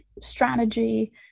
strategy